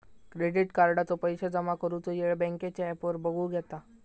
credit कार्डाचो पैशे जमा करुचो येळ बँकेच्या ॲपवर बगुक येता